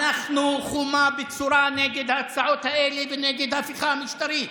אנחנו חומה בצורה נגד ההצעות האלה ונגד ההפיכה המשטרית.